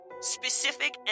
specific